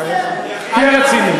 בחייך, תהיה רציני.